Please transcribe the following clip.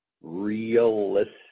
realistic